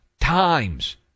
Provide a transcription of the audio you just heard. times